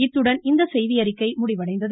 இத்துடன் இந்த செய்தியறிக்கை முடிவடைந்தது